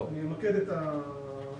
אני אמקד את השיח.